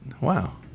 wow